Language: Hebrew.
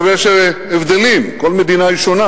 עכשיו, יש הבדלים, כל מדינה היא שונה,